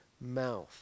mouth